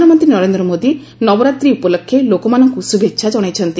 ପ୍ରଧାନମନ୍ତ୍ରୀ ନରେନ୍ଦ୍ର ମୋଦି ନବରାତ୍ରି ଉପଲକ୍ଷେ ଲୋକମାନଙ୍କୁ ଶୁଭେଚ୍ଛା ଜଣାଇଛନ୍ତି